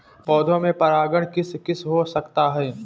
पौधों में परागण किस किससे हो सकता है?